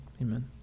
Amen